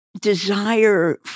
desire